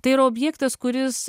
tai yra objektas kuris